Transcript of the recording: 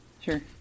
Sure